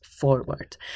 forward